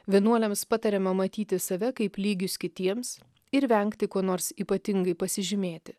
vienuoliams patariama matyti save kaip lygius kitiems ir vengti ko nors ypatingai pasižymėti